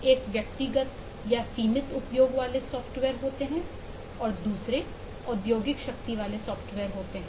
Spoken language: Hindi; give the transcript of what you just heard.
एक व्यक्तिगत या सीमित उपयोग वाले सॉफ्टवेयर होते हैं और दूसरे औद्योगिक शक्ति वाले सॉफ्टवेयर होते हैं